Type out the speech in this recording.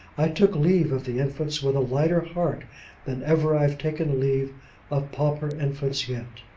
i took leave of the infants with a lighter heart than ever i have taken leave of pauper infants yet.